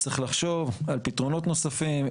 צריך לחשוב על פתרונות נוספים,